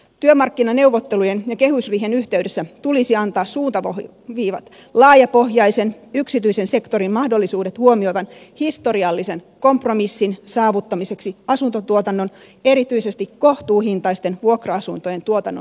työmarkkinaneuvottelujen ja kehysriihen yhteydessä tulisi antaa suuntaviivat laajapohjaisen yksityisen sektorin mahdollisuudet huomioivan historiallisen kompro missin saavuttamiseksi asuntotuotannon erityisesti kohtuuhintaisten vuokra asuntojen tuotannon elvyttämiseksi